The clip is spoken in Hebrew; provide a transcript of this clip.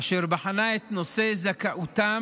אשר בחנה את נושא זכאותם